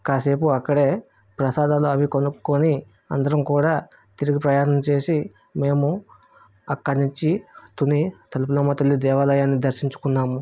కాసేపు అక్కడే ప్రసాదాలు అవి కొనుక్కోని అందరం కూడా తిరిగు ప్రయాణం చేసి మేము అక్కడ నుంచి తుని తలుపులమ్మతల్లి దేవాలయం దర్శించుకున్నాం